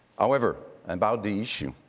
however, about the issue.